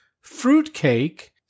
fruitcake